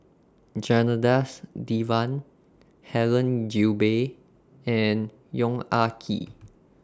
Janadas Devan Helen Gilbey and Yong Ah Kee